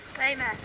Amen